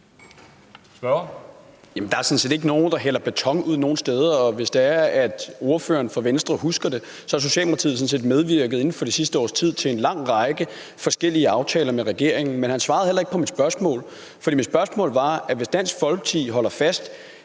Der er sådan set ikke nogen, der hælder beton ud nogen steder. Hvis det er, at ordføreren for Venstre husker det, har Socialdemokratiet sådan set inden for det sidste års tid medvirket til en lang række forskellige aftaler med regeringen. Men han svarede heller ikke på mit spørgsmål. For mit spørgsmål var: Hvis Dansk Folkeparti holder fast